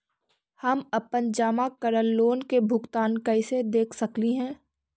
हम अपन जमा करल लोन के भुगतान कैसे देख सकली हे?